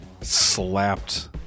slapped